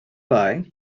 bye